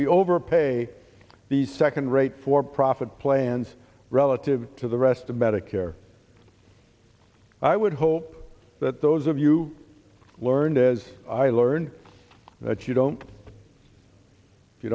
we overpay the second rate for profit plans relative to the rest of medicare i would hope that those of you learned as i learned that you don't